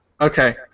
Okay